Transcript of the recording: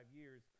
years